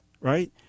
right